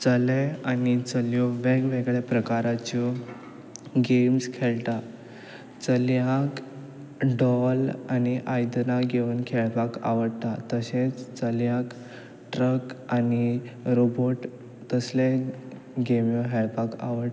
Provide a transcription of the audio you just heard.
चले आनी चलयो वेगवेगळे प्रकाराच्यो गेम्स खेळटा चल्यांक डॉल आनी आयदनां घेवन खेळपाक आवडटा तशेंच चल्यांक ट्रक आनी रोबोट तसले गेम्यो खेळपाक आवडटा